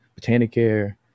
Botanicare